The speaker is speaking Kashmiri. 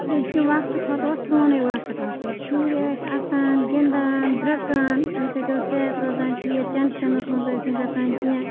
أزکہِ وَقتہٕ کھۄتہٕ اوس پرونٕے وَقت اَصل شُرۍ ٲسۍ اَسان گِنٛدان دروٚکان تمہِ سۭتۍ اوس صحت روزان ٹھیک ٹیٚنشَنَس مَنٛز ٲسۍ نہٕ گَژھان کینٛہہ